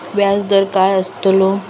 व्याज दर काय आस्तलो?